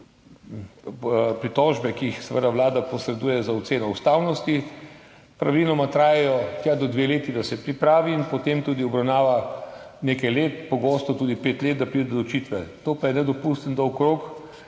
pritožbe, ki jih Vlada posreduje za oceno ustavnosti, praviloma trajajo tja do dve leti, da se pripravi, in potem tudi obravnava nekaj let, pogosto tudi pet let, da pride do odločitve. To pa je nedopustno dolg rok,